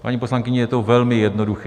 Paní poslankyně, je to velmi jednoduché.